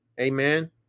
Amen